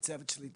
וגם לצוות שלי,